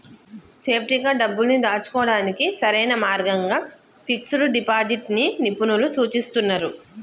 సేఫ్టీగా డబ్బుల్ని దాచుకోడానికి సరైన మార్గంగా ఫిక్స్డ్ డిపాజిట్ ని నిపుణులు సూచిస్తున్నరు